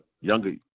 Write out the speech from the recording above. younger